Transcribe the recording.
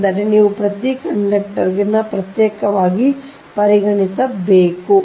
ಅಂದರೆ ನೀವು ಪ್ರತಿ ಕಂಡಕ್ಟರ್ ಅನ್ನು ಪ್ರತ್ಯೇಕವಾಗಿ ಪರಿಗಣಿಸಬೇಕು